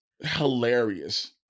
hilarious